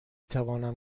توانم